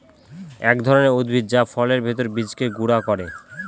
এক ধরনের উদ্ভিদ যা ফলের ভেতর বীজকে গুঁড়া করে